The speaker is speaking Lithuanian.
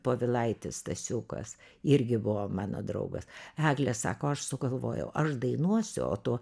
povilaitis stasiukas irgi buvo mano draugas egle sako aš sugalvojau aš dainuosiu o tu